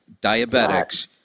diabetics